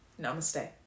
namaste